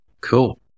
Cool